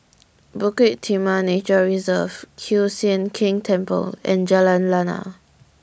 Bukit Timah Nature Reserve Kiew Sian King Temple and Jalan Lana